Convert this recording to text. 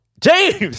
James